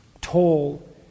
toll